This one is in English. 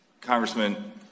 Congressman